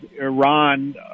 Iran